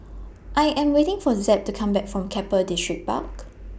I Am waiting For Zeb to Come Back from Keppel Distripark